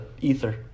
ether